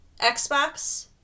Xbox